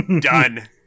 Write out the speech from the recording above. Done